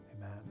Amen